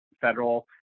federal